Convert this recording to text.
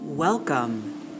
Welcome